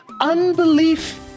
Unbelief